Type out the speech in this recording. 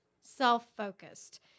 self-focused